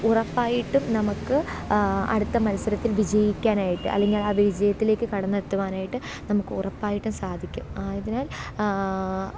ഉറപ്പായിട്ടും നമുക്ക് അടുത്ത മത്സരത്തില് വിജയിക്കനായിട്ട് അല്ലെങ്കിൽ ആ വിജയത്തിലേക്ക് കടന്നെത്തുവാനായിട്ട് നമുക്ക് ഉറപ്പായിട്ടും സാധിക്കും ആയതിനാല്